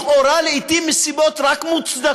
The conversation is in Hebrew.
לעתים לכאורה רק מסיבות מוצדקות,